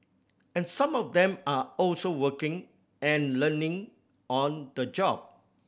and some of them are also working and learning on the job